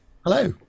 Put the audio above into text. hello